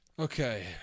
Okay